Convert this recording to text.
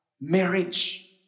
marriage